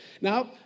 Now